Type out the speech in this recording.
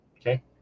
Okay